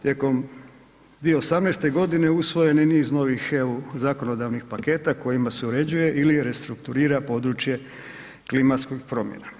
Tijekom 2018. godine usvojen je niz novih eu zakonodavnih paketa kojima se uređuje ili restrukturira područje klimatskih promjena.